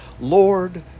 Lord